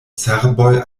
serboj